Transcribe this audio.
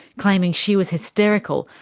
claiming she was hysterical,